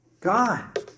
God